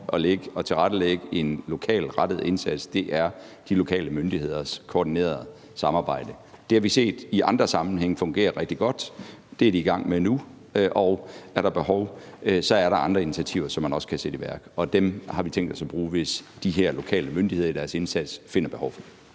at tilrettelægge en lokalt rettet indsats er de lokale myndigheders koordinerede samarbejde. Det har vi set fungere rigtig godt i andre sammenhænge. Det er de i gang med nu, og er der behov for det, er der andre initiativer, som man også kan sætte i værk, og dem har vi tænkt os at bruge, hvis de lokale myndigheder i deres indsats finder behov for det.